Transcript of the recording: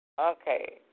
Okay